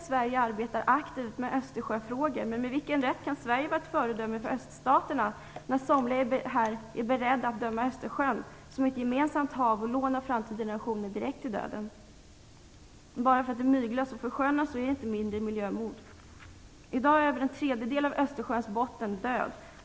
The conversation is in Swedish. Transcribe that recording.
Sverige arbetar ju aktivt med Östersjöfrågor, men med vilken rätt kan Sverige vara ett föredöme för öststaterna när somliga här är beredda att direkt döma Östersjön, som är ett gemensamt hav och ett lån av framtida generationer, till döden? Bara för att man myglar och förskönar detta är det inte mindre av ett miljömord. I dag är över en tredjedel av Östersjöns botten död.